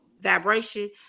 vibration